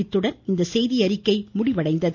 இத்துடன் இந்த செய்தியறிக்கை முடிவடைந்தது